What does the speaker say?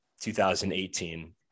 2018